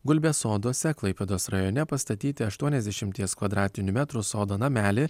gulbės soduose klaipėdos rajone pastatyti aštuoniasdešimties kvadratinių metrų sodo namelį